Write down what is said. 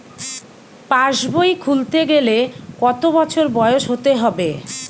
পাশবই খুলতে গেলে কত বছর বয়স হতে হবে?